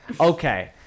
Okay